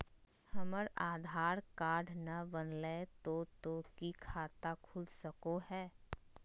हमर आधार कार्ड न बनलै तो तो की खाता खुल सको है?